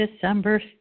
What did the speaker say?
December